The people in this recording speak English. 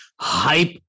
hype